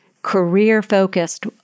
career-focused